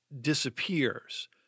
disappears